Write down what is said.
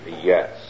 yes